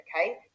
okay